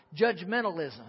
Judgmentalism